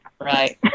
Right